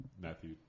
Matthew